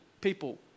people